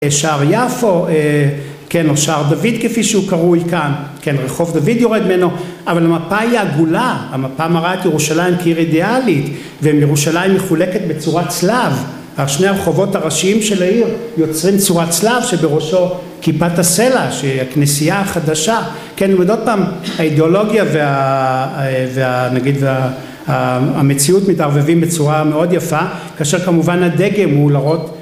שער יפו, כן, או שער דוד כפי שהוא קרוי כאן, כן, רחוב דוד יורד ממנו, אבל המפה היא עגולה, המפה מראה את ירושלים כעיר אידיאלית, וירושלים מחולקת בצורת צלב, שני הרחובות הראשיים של העיר יוצרים צורת צלב שבראשו כיפת הסלע, שהיא הכנסייה החדשה, כן, עוד פעם האידיאולוגיה ונגיד המציאות מתערבבים בצורה מאוד יפה, כאשר כמובן הדגם הוא להראות